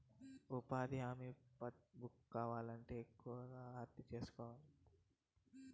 ఉపాధి హామీ పని బుక్ కావాలంటే ఎక్కడ అర్జీ సేసుకోవాలి?